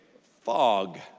fog